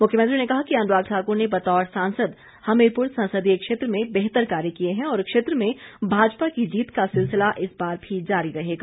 मुख्यमंत्री ने कहा कि अनुराग ठाकुर ने बतौर सांसद हमीरपुर संसदीय क्षेत्र में सराहनीय कार्य किए हैं और क्षेत्र में भाजपा की जीत का सिलसिला इस बार भी जारी रहेगा